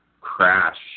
crash